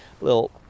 little